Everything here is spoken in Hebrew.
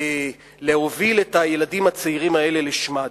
להוביל את הילדים הצעירים האלה לשמד.